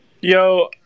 Yo